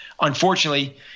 Unfortunately